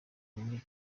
muri